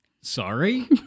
Sorry